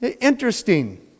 Interesting